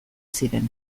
ziren